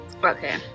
Okay